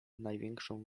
największą